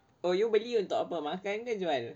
oh you beli untuk apa makan ke jual